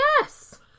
Yes